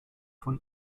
von